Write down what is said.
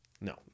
No